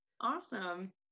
awesome